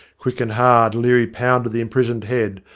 quick and hard lcary pounded the imprisoned head,